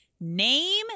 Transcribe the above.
Name